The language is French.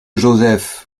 joseph